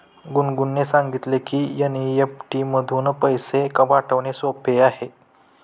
गुनगुनने सांगितले की एन.ई.एफ.टी मधून पैसे पाठवणे सोपे आहे